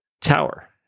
Tower